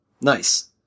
Nice